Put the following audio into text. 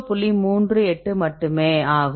38 மட்டுமே ஆகும்